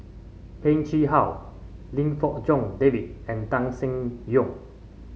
Heng Chee How Lim Fong Jock David and Tan Seng Yong